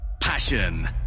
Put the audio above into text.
Passion